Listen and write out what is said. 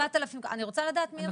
אני רוצה לדעת מי הם הכוננים.